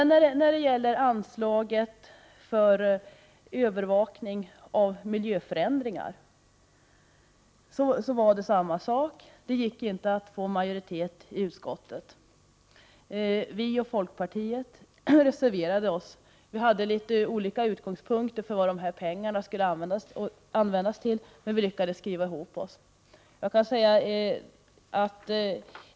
När det gäller anslaget för övervakning av miljöförändringar var det samma sak. Det gick inte att få majoritet i utskottet. Miljöpartiet och folkpartiet reserverade sig. Vi hade litet olika utgångspunkter när det gällde vad dessa pengar skulle användas till. Vi lyckades dock skriva ihop oss.